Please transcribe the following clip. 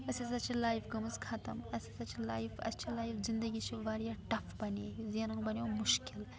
أسۍ ہَسا چھِ لایِف گٔمٕژ ختٕم اَسہِ ہَسا چھِ لایِف اَسہِ چھِ لایف زِندگی چھِ واریاہ ٹَف بَنے زٮ۪نُن بَنو مُشکِل